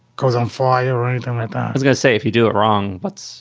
cause on fire or anything like that. i was gonna say, if you do it wrong, what's